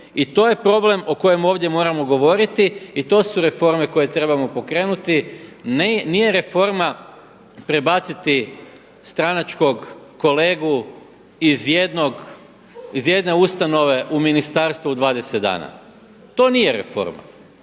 I to je problem o kojem ovdje moramo govoriti i to su reforme koje trebamo pokrenuti. Nije reforma prebaciti stranačkog kolegu iz jedne ustanove u ministarstvo u 20 dana. To nije reforma.